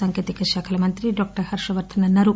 సాంకేతిక శాఖ మంత్రి డాక్టర్ హర్షవర్దన్ అన్నారు